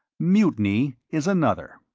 mutiny is another.